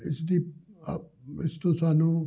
ਇਸਦੀ ਇਸ ਤੋਂ ਸਾਨੂੰ